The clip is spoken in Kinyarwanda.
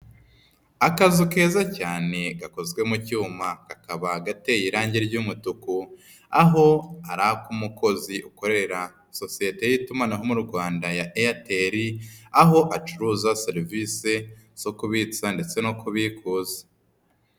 Akazu keza cyane gakozwe mu cyuma kakaba gateye irange ry'umutuku, aho ari ak'umukozi ukorera sosiyete y'itumanaho mu Rwanda ya Airtel, aho acuruza serivisie zo kubitsa ndetse no kubikuza.